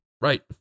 Right